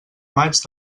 maig